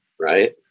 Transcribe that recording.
right